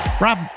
Rob